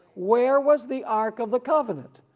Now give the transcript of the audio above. where was the ark of the covenant?